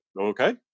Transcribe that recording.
okay